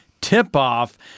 tip-off